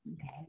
Okay